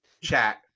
chat